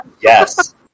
yes